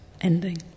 ending